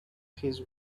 his